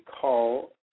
call